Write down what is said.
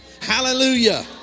Hallelujah